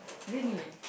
really